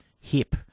hip